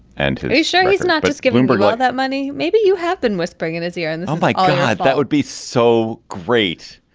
and today's show he's not just giving burgoyne that money maybe you have been whispering in his ear and i'm like yeah that would be so great.